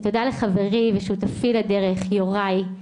ותודה לחברי ושותפי לדרך יוראי.